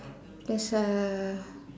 there's a